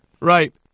Right